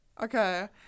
Okay